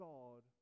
God